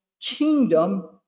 kingdom